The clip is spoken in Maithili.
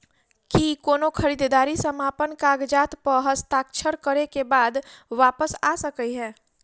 की कोनो खरीददारी समापन कागजात प हस्ताक्षर करे केँ बाद वापस आ सकै है?